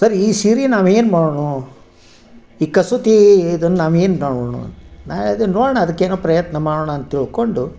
sir ಈ ಸೀರೆ ನಾವು ಏನು ಮಾಡೋಣ ಈ ಕಸೂತಿ ಇದನ್ನು ನಾವು ಏನು ಮಾಡೋಣ ಅಂತ ನಾ ಹೇಳಿದೆ ನೋಡೋಣ ಅದಕ್ಕೇನೋ ಪ್ರಯತ್ನ ಮಾಡೋಣ ಅಂತ ತಿಳ್ಕೊಂಡು